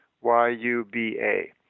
Y-U-B-A